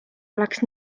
oleks